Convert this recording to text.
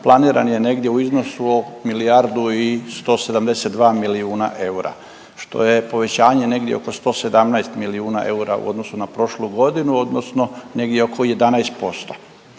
planiran je negdje u iznosu milijardu i 172 milijuna eura, što je povećanje negdje oko 117 milijuna eura u odnosu na prošlu godinu odnosno negdje oko 11%.